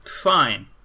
Fine